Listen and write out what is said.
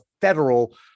federal